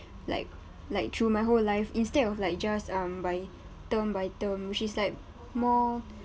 like like through my whole life instead of like just um by term by term which is like more